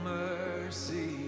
mercy